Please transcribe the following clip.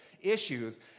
issues